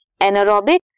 anaerobic